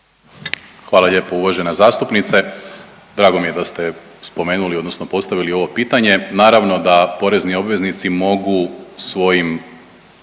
Hvala lijepo uvažena zastupnice. Drago mi je da ste spomenuli odnosno postavili ovo pitanje. Naravno da porezni obveznici mogu svojim